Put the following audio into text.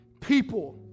people